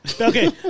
Okay